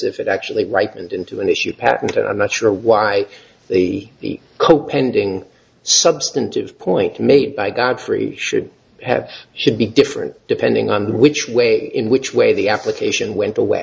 if it actually write it into an issue patent and i'm not sure why they cope pending substantive point made by godfrey should have should be different depending on which way in which way the application went